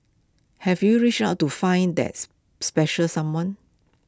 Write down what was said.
have you reached out to find that's special someone